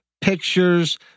pictures